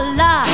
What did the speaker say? la